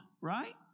right